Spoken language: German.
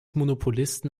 monopolisten